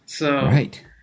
Right